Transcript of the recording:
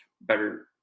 better